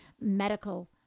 medical